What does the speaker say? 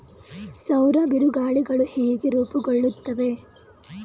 ಸೌರ ಬಿರುಗಾಳಿಗಳು ಹೇಗೆ ರೂಪುಗೊಳ್ಳುತ್ತವೆ?